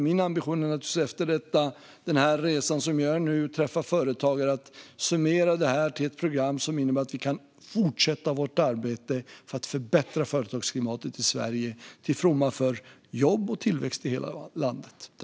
Min ambition är naturligtvis att efter den resa som jag nu gör för att träffa företagare summera allt till ett program som innebär att vi kan fortsätta vårt arbete för att förbättra företagsklimatet i Sverige till fromma för jobb och tillväxt i hela landet.